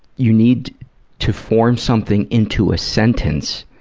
you need to form something into a sentence,